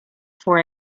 for